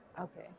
okay